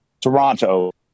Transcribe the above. toronto